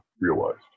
realized